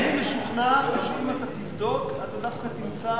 אני משוכנע שאם אתה תבדוק, אז דווקא תמצא,